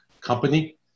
company